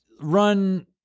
run